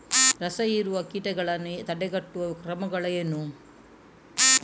ರಸಹೀರುವ ಕೀಟಗಳನ್ನು ತಡೆಗಟ್ಟುವ ಕ್ರಮಗಳೇನು?